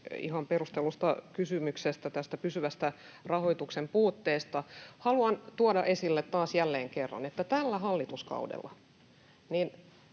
ihan perustellusta kysymyksestä tästä pysyvän rahoituksen puutteesta: Haluan tuoda esille taas jälleen kerran, että tällä hallituskaudella